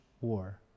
war